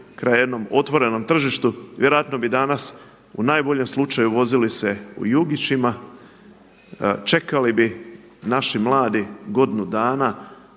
ka jednom otvorenom tržištu, vjerojatno bi danas u najboljem slučaju vozili se u jugićima, čekali bi naši mladi godinu dana